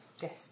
yes